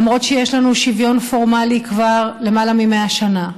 למרות שיש לנו שוויון פורמלי כבר למעלה מ-100 שנה,